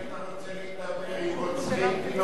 עם מי אתה רוצה לדבר, עם רוצחי תינוקות?